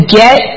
get